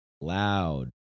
loud